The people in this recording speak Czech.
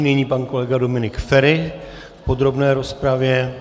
Nyní pan kolega Dominik Feri v podrobné rozpravě.